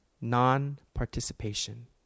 non-participation